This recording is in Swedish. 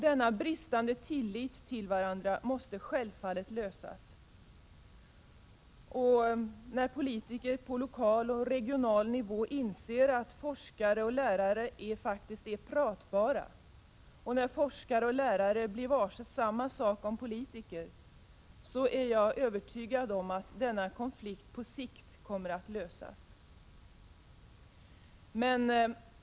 Denna bristande tillit måste självfallet lösas. När politiker på lokal och regional nivå inser att forskare och lärare faktiskt är ”pratbara”, och när forskare och lärare blir varse samma sak om politiker är jag övertygad om att konflikten på sikt kommer att lösas.